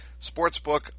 sportsbook